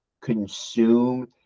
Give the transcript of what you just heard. consume